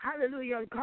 Hallelujah